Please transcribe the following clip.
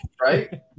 right